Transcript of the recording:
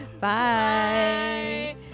Bye